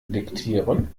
diktieren